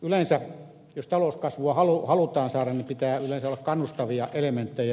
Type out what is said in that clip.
yleensä jos talouskasvua halutaan saada pitää olla kannustavia elementtejä